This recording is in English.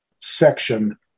section